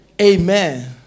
Amen